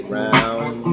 round